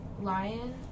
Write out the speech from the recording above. Lion